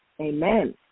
Amen